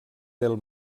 del